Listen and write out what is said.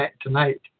tonight